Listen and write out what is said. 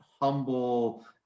humble